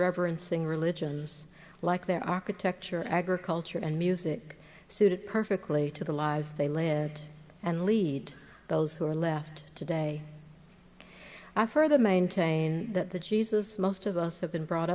reverencing religions like their architecture agriculture and music suited perfectly to the lives they lived and lead those who are left today i further maintain that the jesus most of us have been brought